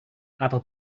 apple